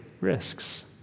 risks